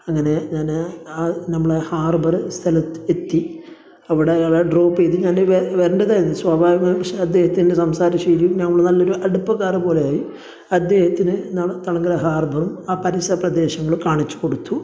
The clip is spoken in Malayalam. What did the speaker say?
അങ്ങനെ ഞാൻ ആ നമ്മളെ ഹാർബർ സ്ഥലത്ത് എത്തി അവിടെ അയാളെ ഡ്രോപ്പ് ചെയ്ത് ഞാൻ വരണ്ടതായിരുന്നു സ്വാഭാവികമായും പക്ഷെ അദ്ദേഹത്തിൻ്റെ സംസാര ശൈലിയും ഞങ്ങൾ നല്ല ഒരു അടുപ്പക്കാരെ പോലെയായി അദ്ദേഹത്തിന് നാൾ തളങ്കര ഹാർബറും ആ പരിസര പ്രദേശങ്ങളും കാണിച്ച് കൊടുത്തു